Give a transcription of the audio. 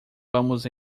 vamos